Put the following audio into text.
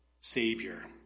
savior